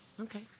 Okay